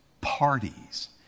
parties